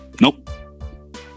Nope